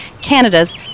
Canada's